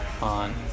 on